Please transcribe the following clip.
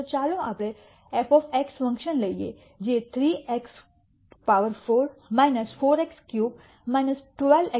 તો ચાલો આપણે f ફંક્શન લઈએ જે 3x4 4x3 12 x2 3 સ્વરૂપનું છે